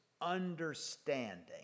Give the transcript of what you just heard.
understanding